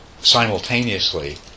simultaneously